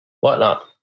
whatnot